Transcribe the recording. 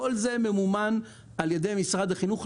כל זה ממומן על ידי משרד החינוך,